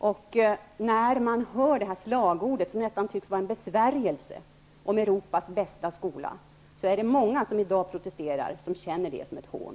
Det är i dag många som protesterar och känner slagordet ''Europas bästa skola'' -- som nästan tycks vara en besvärjelse -- som ett hån.